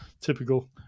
typical